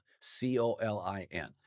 C-O-L-I-N